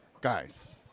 guys